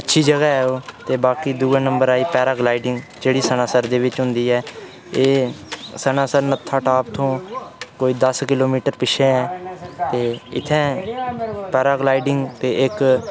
उस टैम कोला बाद गै अच्छी जगह् ऐ ओह् ते बाकी दूुऐ नम्बर आई पैरा गलाइडिंग जेह्ड़ी सन्नासर दे बिच होंदी ऐ एह् सन्नासर नत्थाटाप तूं कोई दस किलोमीटर पिच्छै ऐ ते इत्थै पैरा गलाइडिंग ते इक